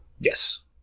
Yes